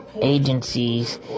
agencies